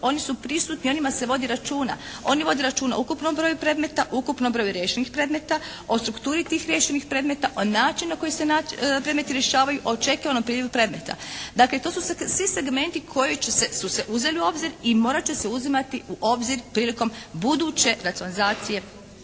oni su prisutni, o njima se vodi računa. Oni vode računa o ukupnom broju predmeta, o ukupnom broju riješenih predmeta, o strukturi tih riješenih predmeta, o načinu na koji se predmeti rješavaju, o očekivanom prilivu predmeta. Dakle, to su svi segmenti koji su se uzeli u obzir i morat će se uzimati u obzir prilikom buduće racionalizacije